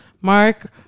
Mark